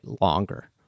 longer